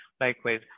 Likewise